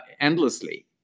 endlessly